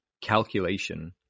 calculation